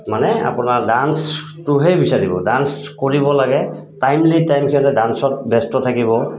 মানে আপোনাৰ ডান্সটোহে বিচাৰিব ডান্স কৰিব লাগে টাইমলি টাইম সিহঁতে ডান্সত ব্যস্ত থাকিব